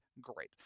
great